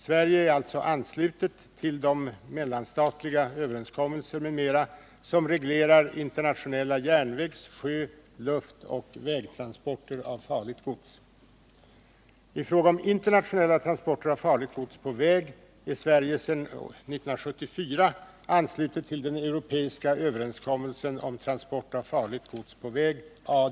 Sverige är sålunda anslutet till de mellanstatliga överenskommelser m.m. som reglerar internationella järnvägs-, sjö-, luftoch vägtransporter av farligt gods. I fråga om internationella transporter av farligt gods på väg är Sverige sedan år 1974 anslutet till den europeiska överenskommelsen om transport av farligt gods på väg .